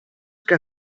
que